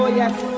yes